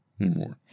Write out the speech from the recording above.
anymore